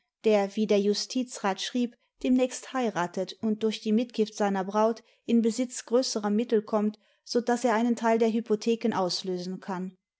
der wie der justizrat schrieb demnächst heiratet und durch die mitgift seiner braut in besitz größerer mittel konmit so daß er einen teil der hypotheken auslösen kann